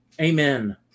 Amen